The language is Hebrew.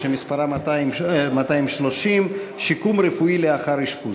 שמספרה 230: שיקום רפואי לאחר אשפוז.